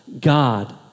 God